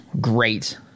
Great